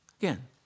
Again